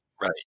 Right